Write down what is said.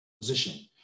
position